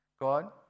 God